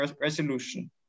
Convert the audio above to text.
resolution